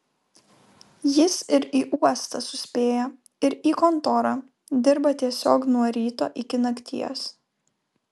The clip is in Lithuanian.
jis ir į uostą suspėja ir į kontorą dirba tiesiog nuo ryto iki nakties